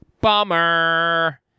bummer